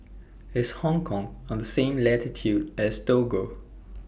IS Hong Kong on The same latitude as Togo